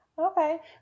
Okay